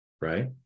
right